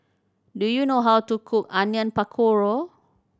do you know how to cook Onion Pakora